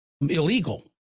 illegal